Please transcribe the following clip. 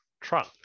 trunk